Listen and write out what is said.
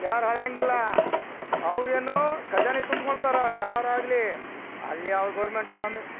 ಯಾರು ಹಾಳಾಗೋಂಗಿಲ್ಲ ಅವರೇನು ಖಜಾನೆ ತುಂಬ್ಕೊಳ್ತಾರೆ ಯಾರು ಆಗಲಿ ಅಲ್ಲಿ ಅವ್ರು ಗೌರ್ಮೆಂಟು ನಮಗೆ